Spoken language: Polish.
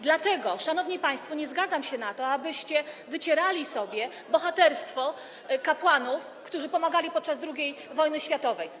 Dlatego, szanowni państwo, nie zgadzam się na to, abyście wycierali sobie bohaterstwem kapłanów, którzy pomagali podczas II wojny światowej.